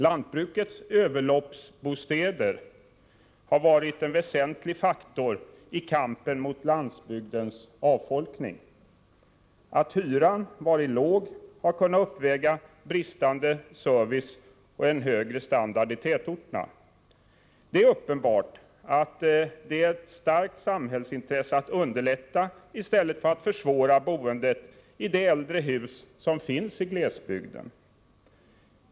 Lantbrukets överloppsbostäder har varit en väsentlig faktor i kampen mot landsbygdens avfolkning. Att hyran har varit låg har kunnat uppväga bristande service och en lägre standard än i tätorterna. Det är uppenbart att det är ett starkt samhällsintresse att underlätta i stället för att försvåra boendet i de äldre hus som finns i glesbygden.